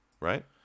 Right